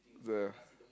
the